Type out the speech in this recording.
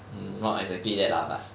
um not exactly that lah but